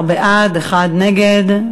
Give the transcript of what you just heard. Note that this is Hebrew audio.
14 בעד, אחד נגד.